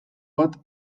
bat